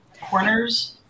corners